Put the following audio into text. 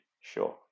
sure